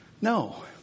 no